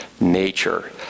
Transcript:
nature